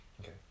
okay